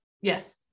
Yes